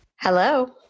Hello